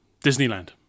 Disneyland